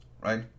right